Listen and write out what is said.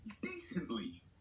decently